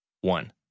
One